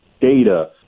data